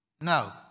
no